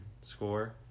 score